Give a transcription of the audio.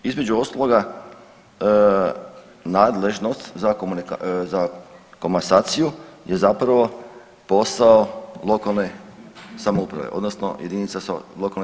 Između ostalog nadležnost za komasaciju je zapravo posao lokalne samouprave odnosno JLS.